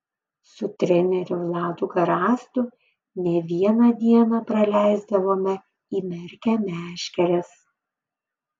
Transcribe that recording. su treneriu vladu garastu ne vieną dieną praleisdavome įmerkę meškeres